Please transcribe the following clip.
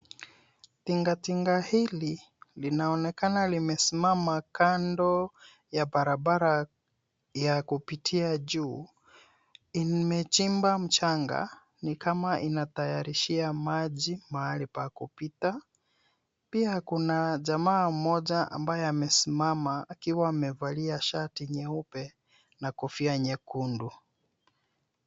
Tinga tinga hili linaonekana limesimama kando ya barabara ya kupitia juu. Imechimba mchanga nikama inatayarishia maji mahali pa kupita. Pia kuna jamaa mmoja ambaye amesimama akiwa amevalia shati nyeupe na kofi nyekundu.